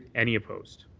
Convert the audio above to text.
any opposed?